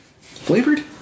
Flavored